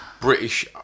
British